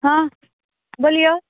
हँ बोलिऔ